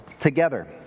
Together